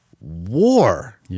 war